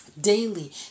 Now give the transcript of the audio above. daily